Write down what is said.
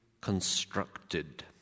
constructed